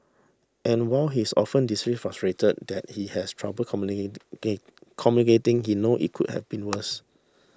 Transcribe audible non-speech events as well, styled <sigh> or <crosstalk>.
and while he is often <unintelligible> frustrated that he has trouble <unintelligible> communicating he know it could have been worse